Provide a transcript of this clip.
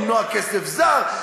למנוע כסף זר,